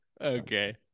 Okay